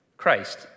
Christ